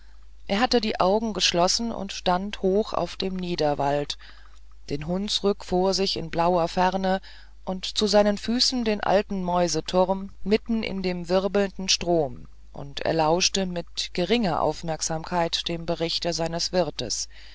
er hatte die augen geschlossen und stand noch auf dem niederwald den hunsrück vor sich in blauer ferne und zu seinen füßen den alten mäuseturm mitten in dem wirbelnden strom und er lauschte mit geringer aufmerksamkeit dem berichte seines wirtes